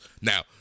Now